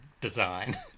design